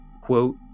quote